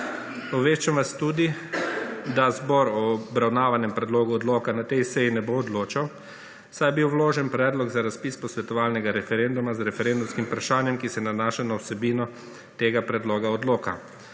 Obveščam vas tudi, da zbor o obravnavanem predlogu odloka na tej seji ne bo odločal, saj je bil vložen predlog za razpis posvetovalnega referenduma z referendumskim vprašanjem, ki se nanaša na vsebino tega predloga odloka.